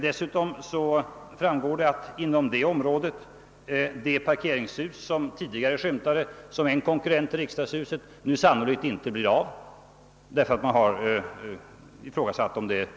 Dessutom framgår att inom detta område det parkeringshus som tidigare skymtat som konkurrent till riksdagshuset nu sannolikt inte blir av.